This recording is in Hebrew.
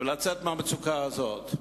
ולצאת מהמצוקה הזאת.